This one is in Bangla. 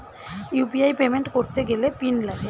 ইউ.পি.আই পেমেন্ট করতে গেলে পিন লাগে